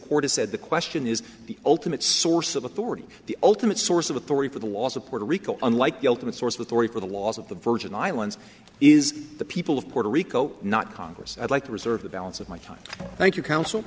court has said the question is the ultimate source of authority the ultimate source of authority for the laws of puerto rico unlike the ultimate source with henri for the laws of the virgin islands is the people of puerto rico not congress i'd like to reserve the balance of my time thank you counsel